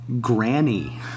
Granny